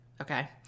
Okay